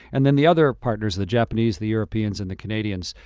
and then the other partners, the japanese, the europeans and the canadians,